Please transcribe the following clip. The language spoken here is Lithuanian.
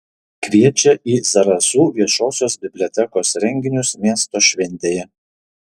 kviečia į zarasų viešosios bibliotekos renginius miesto šventėje